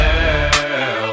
Girl